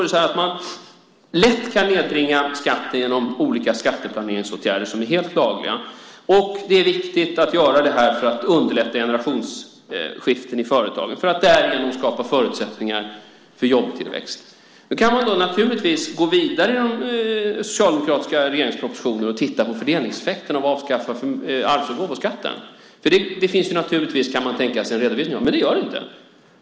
Det står att man lätt kan nedbringa skatten genom olika skatteplaneringsåtgärder som är helt lagliga. Det är viktigt att göra detta för att underlätta generationsskiften i företaget för att därigenom skapa förutsättningar för jobbtillväxt, skriver man. Vi kan naturligtvis gå vidare i socialdemokratiska regeringspropositioner och titta på fördelningseffekten av att avskaffa arvs och gåvoskatten. Det finns förstås en redovisning av det, skulle man kunna tänka sig. Men det gör det inte.